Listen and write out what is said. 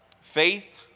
faith